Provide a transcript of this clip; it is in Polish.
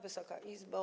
Wysoka Izbo!